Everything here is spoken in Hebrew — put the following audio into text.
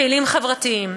פעילים חברתיים,